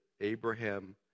Abraham